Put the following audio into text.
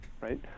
Right